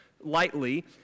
lightly